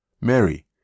Mary